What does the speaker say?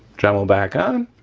dremel back on.